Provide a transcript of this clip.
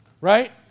Right